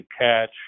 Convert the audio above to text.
catch